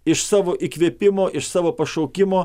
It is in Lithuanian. iš savo įkvėpimo iš savo pašaukimo